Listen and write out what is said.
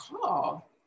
call